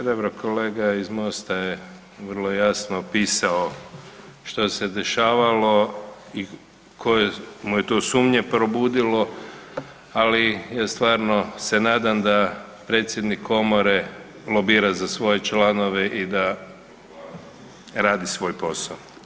Pa dobro kolega iz Mosta je vrlo jasno pisao što se dešavalo i koje mu je to sumnje probudilo, ali ja se stvarno nadam da predsjednik komore lobira za svoje članove i da radi svoj posao.